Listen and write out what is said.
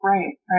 Right